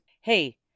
Hey